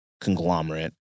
conglomerate